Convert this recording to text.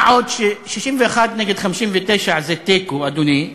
מה עוד ש-61 נגד 59 זה תיקו, אדוני.